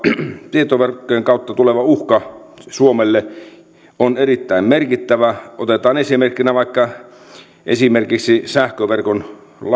tietoverkkojen kautta tuleva uhka suomelle on erittäin merkittävä otetaan esimerkkinä vaikka sähköverkkojen